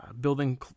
building